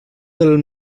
del